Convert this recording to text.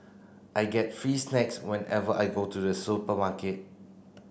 I get free snacks whenever I go to the supermarket